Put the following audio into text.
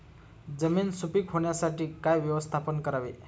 जमीन सुपीक होण्यासाठी काय व्यवस्थापन करावे?